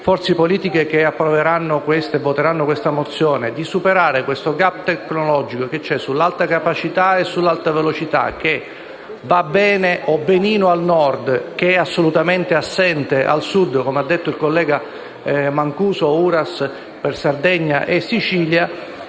forze politiche che voteranno questa mozione, di superare il *gap* tecnologico esistente sull'alta capacità e sull'alta velocità, che va benino al Nord ma è assolutamente assente al Sud, come hanno detto i collega Mancuso e Uras per Sicilia